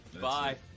Bye